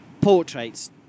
portraits